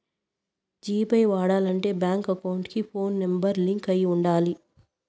G pay వాడాలంటే bank account కి phone number link అయి ఉండాలి